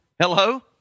hello